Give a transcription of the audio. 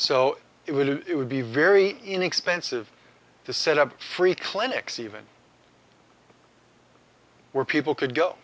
so it would it would be very inexpensive to set up free clinics even where people c